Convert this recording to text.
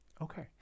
okay